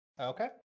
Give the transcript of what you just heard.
Okay